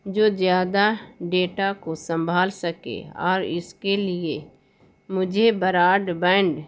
جو زیادہ ڈیٹا کو سنبھال سکے اور اس کے لیے مجھے براڈ بینڈ